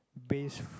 based